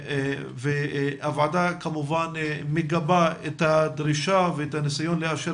הוועדה כמובן מגבה את הדרישה ואת הניסיון לאפשר